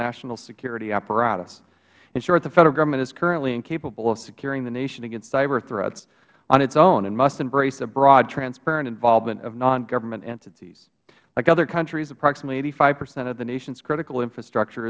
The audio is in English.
national security apparatus in short the federal government is currently incapable of securing the nation against cyber threats on its own and must embrace the broad transparent involvement of non government entities like countries approximately eighty five percent of the nation's critical infrastructure